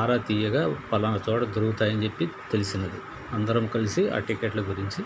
ఆరాతీయగా ఫలానా చోట దొరుకుతాయని చెెప్పి తెలిసింది అందరం కలిసి ఆ టికెట్ల గురించి